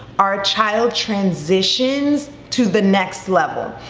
our child transitions to the next level.